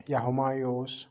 یا ہِمایوٗ اوس